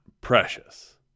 precious